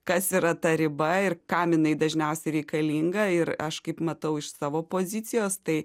kas yra ta riba ir kam jinai dažniausiai reikalinga ir aš kaip matau iš savo pozicijos tai